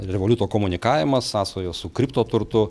revoliuto komunikavimas sąsajos su kripto turtu